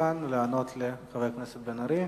לדוכן לענות לחבר הכנסת בן-ארי,